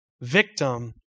victim